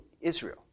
Israel